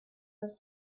was